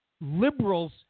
liberals